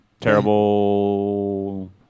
Terrible